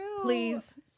please